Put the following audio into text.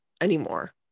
anymore